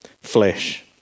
flesh